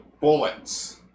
Bullets